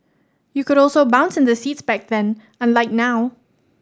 you could also bounce in the seats back then unlike now